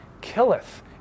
killeth